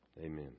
Amen